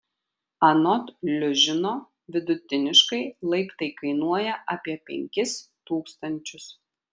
anot liužino vidutiniškai laiptai kainuoja apie penkis tūkstančius